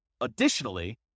Additionally